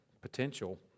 potential